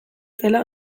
zela